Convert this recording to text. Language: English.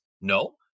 No